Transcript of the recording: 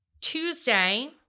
Tuesday